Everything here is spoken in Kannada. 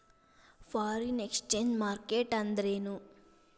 ಫಾರಿನ್ ಎಕ್ಸ್ಚೆಂಜ್ ಮಾರ್ಕೆಟ್ ಅಂದ್ರೇನು?